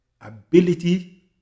ability